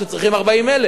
כשצריך 40,000,